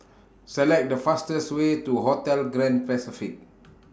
Select The fastest Way to Hotel Grand Pacific